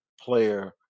player –